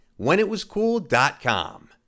WhenItWasCool.com